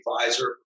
advisor